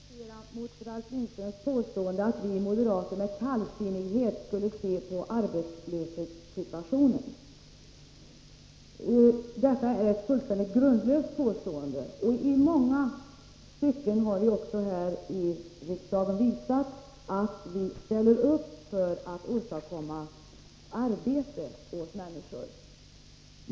Herr talman! Jag vill på det skarpaste protestera mot Ralf Lindströms påstående att vi moderater skulle se med kallsinnighet på arbetslöshetssituationen. Det är ett fullständigt grundlöst påstående. I många stycken har vi här i riksdagen visat att vi ställt upp för att åstadkomma arbete åt människor.